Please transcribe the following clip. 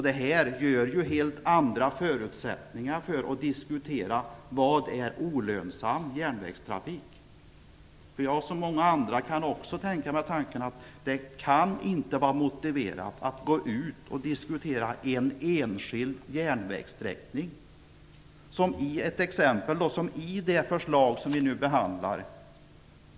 Det ger helt andra förutsättningar att diskutera vad som är olönsam järnvägstrafik. Jag som många andra kan också tänka mig tanken att det inte kan vara motiverat att diskutera en enskild järnvägssträckning, som i det förslag som vi nu behandlar.